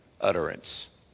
utterance